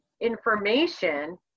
information